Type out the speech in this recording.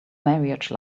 marriage